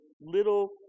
little